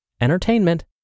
entertainment